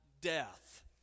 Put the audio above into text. death